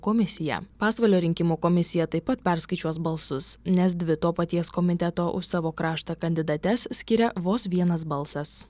komisija pasvalio rinkimų komisija taip pat perskaičiuos balsus nes dvi to paties komiteto už savo kraštą kandidates skiria vos vienas balsas